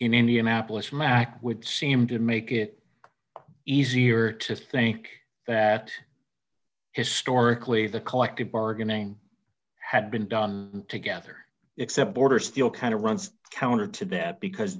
in indianapolis from act would seem to make it easier to think that historically the collective bargaining had been done together except border still kind of runs counter to that because